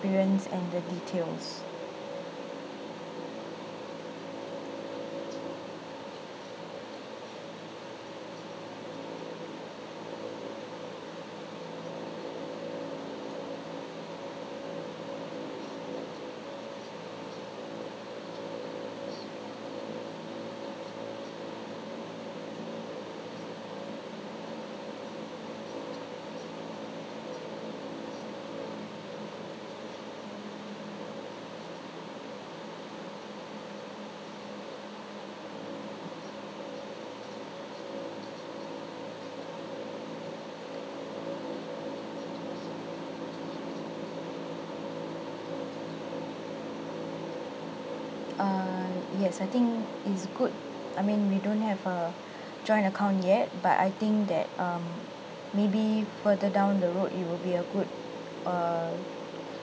experience and the details err yes I think is good I mean we don't have a joint account yet but I think that um maybe further down the road it will be a good err